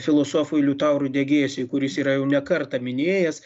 filosofui liutaurui degėsiui kuris yra jau ne kartą minėjęs